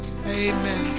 Amen